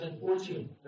fortune